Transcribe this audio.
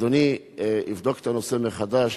אדוני יבדוק את הנושא מחדש.